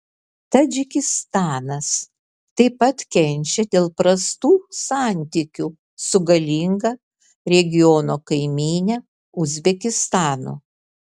tadžikistanas taip pat kenčia dėl prastų santykių su galinga regiono kaimyne uzbekistanu